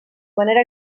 manera